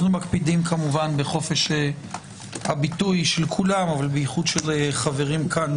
מקפידים כמובן על חופש הביטוי של כולם אבל בייחוד של חברים כאן,